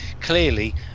clearly